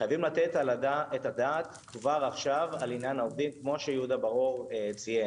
חייבים לתת את הדעת כבר עכשיו לעניין העובדים כמו שיהודה בר-אור ציין.